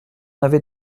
avais